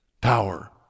Power